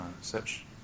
Search